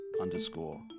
underscore